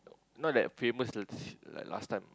not that famous like like last time